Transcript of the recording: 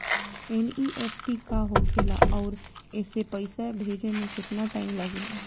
NEFT का होखे ला आउर एसे पैसा भेजे मे केतना टाइम लागेला?